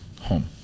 home